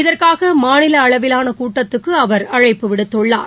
இதற்காக மாநில அளவிலான கூட்டத்துக்கு அவர் அழைப்பு விடுத்துள்ளார்